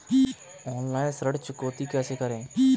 Online ऋण चुकौती कैसे करें?